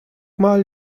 mal